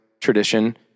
tradition